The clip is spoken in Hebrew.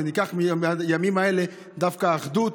וניקח מהימים האלה דווקא אחדות,